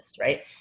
right